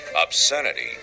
obscenity